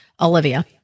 Olivia